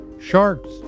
Sharks